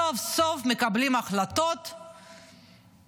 סוף סוף מקבלים החלטות נכונות.